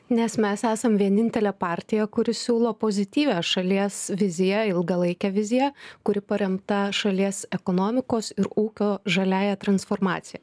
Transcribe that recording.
nes mes esam vienintelė partija kuri siūlo pozityvią šalies viziją ilgalaikę viziją kuri paremta šalies ekonomikos ir ūkio žaliąja transformacija